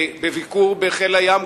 בביקור בחיל הים,